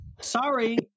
Sorry